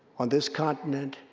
on this continent,